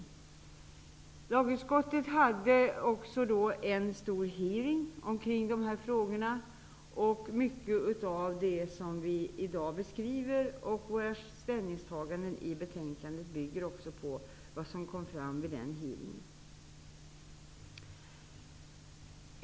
Lagutskottet hade en stor hearing omkring dessa frågor. Mycket av det som vi i dag beskriver och våra ställningstaganden bygger på det som kom fram vid den utfrågningen.